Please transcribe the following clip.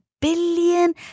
billion